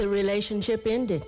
the relationship ended